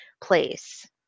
place